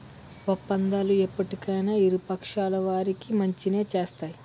ఒప్పందాలు ఎప్పటికైనా ఇరు పక్షాల వారికి మంచినే చేస్తాయి